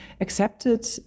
accepted